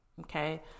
okay